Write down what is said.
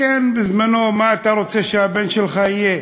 בזמנו, מה אתה רוצה שהבן שלך יהיה?